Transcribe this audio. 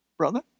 brother